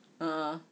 ah